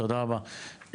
תודה רבה.